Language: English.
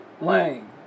lane